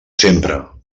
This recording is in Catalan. sempre